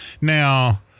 now